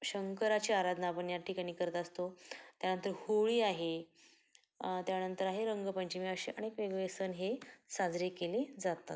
शंकराची आराधना आपण या ठिकाणी करत असतो त्यानंतर होळी आहे त्यानंतर आहे रंगपंचमी असे अनेक वेगवेगळे सण हे साजरे केले जातात